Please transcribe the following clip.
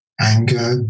anger